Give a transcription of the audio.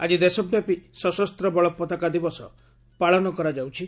ଆଜି ଦେଶବ୍ୟାପୀ ସଶସ୍ତ ବଳ ପତାକା ଦିବସ ପାଳନ କରାଯାଉଛି